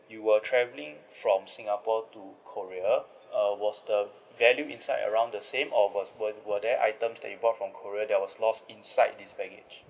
you were travelling from singapore to korea uh was the value inside around the same or was were were there items that you bought from korea that was lost inside this baggage